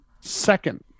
second